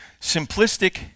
simplistic